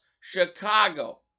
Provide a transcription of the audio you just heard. Chicago